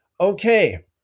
Okay